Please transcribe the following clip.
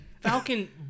Falcon